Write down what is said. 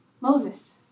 Moses